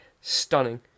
stunning